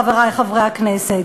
חברי חברי הכנסת.